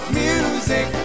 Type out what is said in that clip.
music